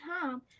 time